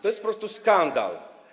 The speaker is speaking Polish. To jest po prostu skandal.